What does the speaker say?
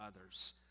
others